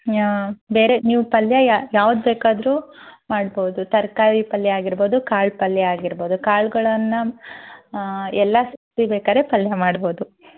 ಹ್ಯಂ ಬೇರೆ ನೀವು ಪಲ್ಯ ಯಾ ಯಾವ್ದ್ಬೇಕಾದ್ರೂ ಮಾಡಬಹುದು ತರಕಾರಿ ಪಲ್ಯ ಮಾಡಬಹುದು ಕಾಳು ಪಲ್ಯ ಮಾಡಬಹುದು ಕಾಳುಗಳನ್ನು ಎಲ್ಲ ಸೇರಿಸಿ ಬೇಕಾದರೆ ಪಲ್ಯ ಮಾಡಬಹುದು